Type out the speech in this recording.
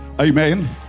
amen